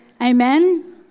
Amen